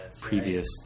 previous